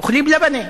אוכלים לבנה